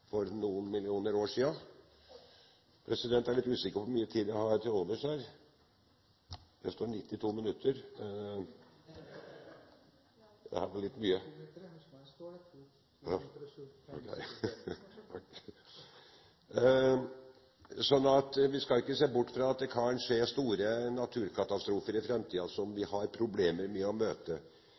for noen millioner år siden. – Jeg er litt usikker på hvor mye tid jeg har til overs her, president, det står 92 minutter – det blir litt mye … Vi skal ikke se bort fra at det kan skje store naturkatastrofer i framtiden som vi har problemer med å møte.